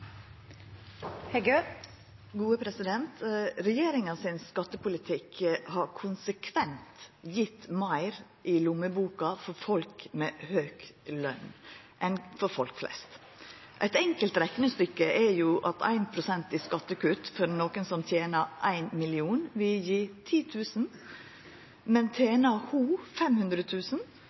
Heggø – til oppfølgingsspørsmål. Regjeringa sin skattepolitikk har konsekvent gjeve meir i lommeboka til folk med høg løn enn til folk flest. Eit enkelt reknestykke er at 1 pst. i skattekutt for han som tener 1 mill. kr, vil gje 10 000 kr, men om ho